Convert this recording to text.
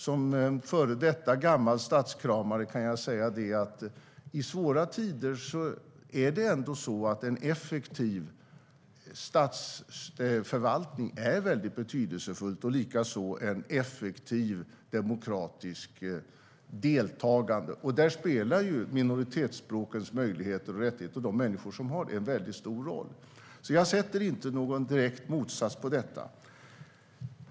Som före detta gammal statskramare kan jag säga att i svåra tider är en effektiv statsförvaltning väldigt betydelsefull och likaså ett effektivt demokratiskt deltagande. Där spelar minoritetsspråkens möjligheter och rättigheter för de människor som har dem en väldigt stor roll. Jag ser alltså ingen direkt motsättning i detta.